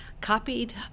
copied